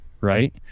right